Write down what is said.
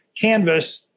canvas